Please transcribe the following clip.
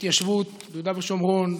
ההתיישבות ביהודה ושומרון,